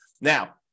now